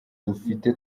dufite